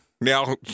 Now